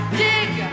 dig